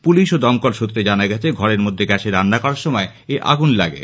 police ও দমকল সত্রে জানা গেছে গ্যাসে রান্না করার সময় ওই আগুন লাগে